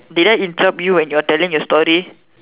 did I interrupt you when you are telling your story